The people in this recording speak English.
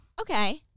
Okay